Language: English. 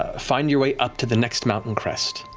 find your way up to the next mountain crest.